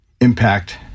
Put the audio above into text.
impact